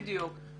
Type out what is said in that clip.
בדיוק.